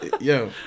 yo